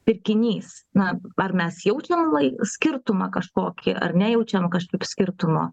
pirkinys na ar mes jaučiam lai skirtumą kažkokį ar nejaučiam kažkaip skirtumo